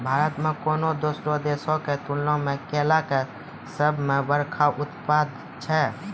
भारत कोनो दोसरो देशो के तुलना मे केला के सभ से बड़का उत्पादक छै